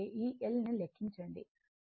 073 milli henry అవుతుంది